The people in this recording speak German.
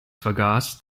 vergaß